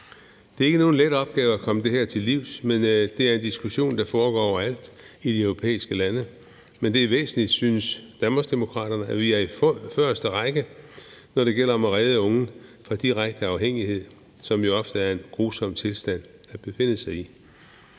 Det er ikke nogen let opgave at komme det her til livs, men det er en diskussion, der foregår overalt i de europæiske lande. Det er væsentligt, synes Danmarksdemokraterne, at vi er i forreste række, når det gælder om at redde unge fra direkte afhængighed, som jo ofte er en grusom tilstand at befinde sig i.